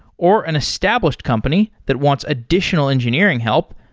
or an established company that wants additional engineering help,